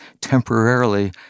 temporarily